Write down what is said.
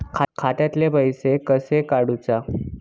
खात्यातले पैसे कशे काडूचा?